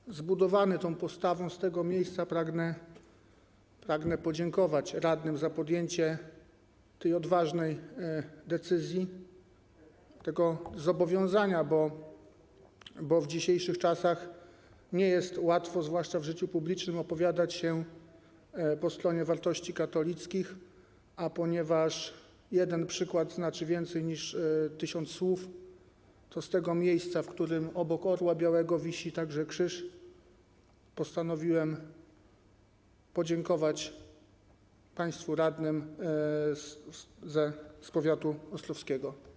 Jestem zbudowany tą postawą i z tego miejsca pragnę podziękować radnym za podjęcie tej odważnej decyzji, tego zobowiązania, bo w dzisiejszych czasach nie jest łatwo, zwłaszcza w życiu publicznym, opowiadać się po stronie wartości katolickich, a ponieważ jeden przykład znaczy więcej niż tysiąc słów, to z tego miejsca, w którym obok Orła Białego wisi także krzyż, postanowiłem podziękować państwu radnym z powiatu ostrowskiego.